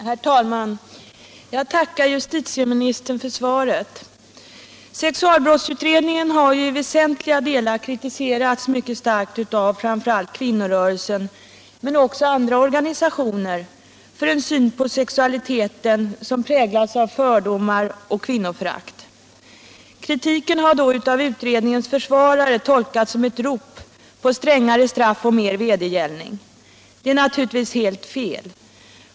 Herr talman! Jag tackar justitieministern för svaret. Sexualbrottsutredningen har i väsentliga delar kritiserats mycket starkt av framför allt kvinnorörelsen men också av andra organisationer för en syn på sexualiteten som präglas av fördomar och kvinnoförakt. Kritiken har av utredningens försvarare tolkats som rop på strängare straff och mer vedergällning. Det är naturligtvis helt fel.